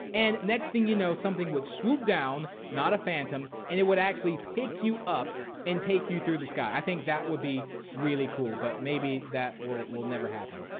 and next thing you know, something would swoop down, not a phantom, and it would actually pick you up and take you through the sky. i think that would be really cool. but maybe that will will never happen.